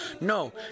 No